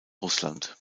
russland